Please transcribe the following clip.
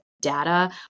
data